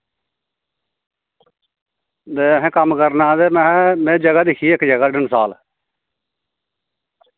ते में हां कम्म करना ते में इक्क जगह दिक्खी ही डनसाल